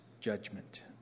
judgment